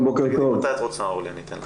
תגידי מתי את רוצה, אורלי, אני אתן לך.